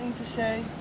to say.